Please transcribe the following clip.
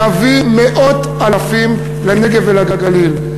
להביא מאות אלפים לנגב ולגליל.